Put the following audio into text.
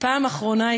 פעם אחרונה,